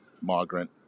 migrant